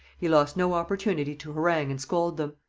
he lost no opportunity to harangue and scold them.